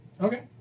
Okay